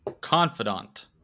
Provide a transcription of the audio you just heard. Confidant